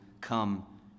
come